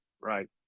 right